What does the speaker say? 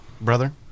Brother